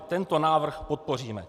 Tento návrh podpoříme.